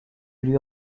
lui